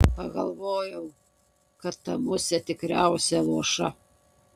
pagalvojau kad ta musė tikriausiai luoša